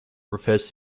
refers